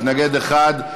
31 בעד, מתנגד אחד.